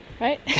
right